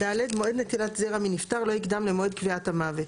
(ד) מועד נטילת זרע מנפטר לא יקדם למועד קביעת המוות,